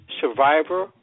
survivor